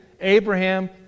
Abraham